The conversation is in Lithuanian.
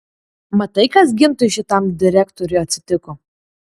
matai kas gintui šitam direktoriui atsitiko